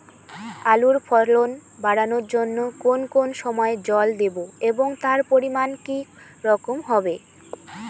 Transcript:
আলুর ফলন বাড়ানোর জন্য কোন কোন সময় জল দেব এবং তার পরিমান কি রকম হবে?